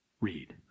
read